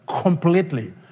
completely